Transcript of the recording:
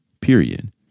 period